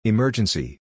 Emergency